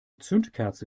zündkerze